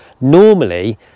normally